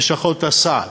זה לשכות הסעד.